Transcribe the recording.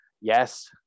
Yes